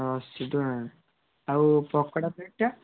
ଅଶୀ ଟଙ୍କା ଆଉ ପକୋଡ଼ା ପ୍ଲେଟ୍ଟା